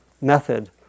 method